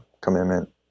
commitment